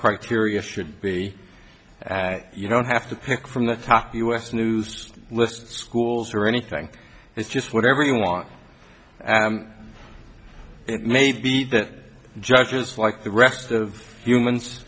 criteria should be you don't have to pick from the top us news list schools or anything it's just whatever you want it may be that judges like the rest of humans